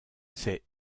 c’est